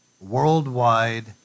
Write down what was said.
worldwide